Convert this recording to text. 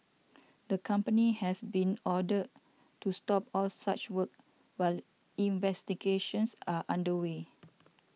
the company has been ordered to stop all such work while investigations are under way